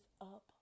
up